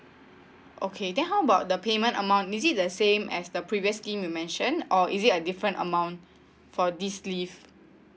okay then how about the payment amount is it the same as the previous scheme you mentioned or is it a different amount for this leave